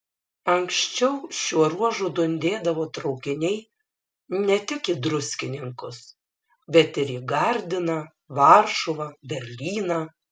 anksčiau šiuo ruožu dundėdavo traukiniai ne tik į druskininkus bet ir į gardiną varšuvą berlyną